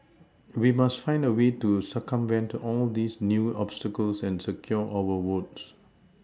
we must find a way to circumvent all these new obstacles and secure our votes